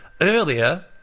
earlier